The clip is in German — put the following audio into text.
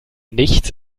nichts